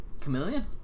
Chameleon